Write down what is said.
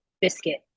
biscuit